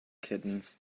kittens